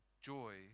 joy